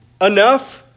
enough